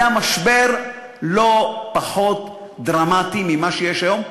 היה משבר לא פחות דרמטי ממה שיש היום,